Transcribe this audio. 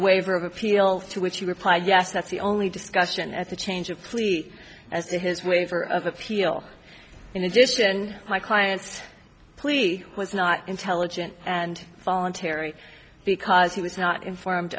waiver of appeal to which you reply yes that's the only discussion at the change of please as to his waiver of appeal in addition my client's plea was not intelligent and voluntary because he was not informed